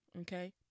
Okay